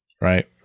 Right